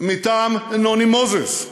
מטעם נוני מוזס,